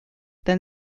then